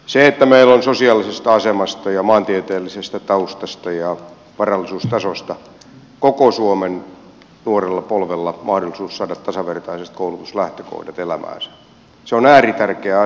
se että meillä on sosiaalisesta asemasta ja maantieteellisestä taustasta ja varallisuustasosta riippumatta koko suomen nuorella polvella mahdollisuus saada tasavertaiset koulutuslähtökohdat elämäänsä on ääritärkeä asia ja siitä ei voi tinkiä